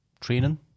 training